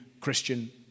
Christian